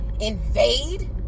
invade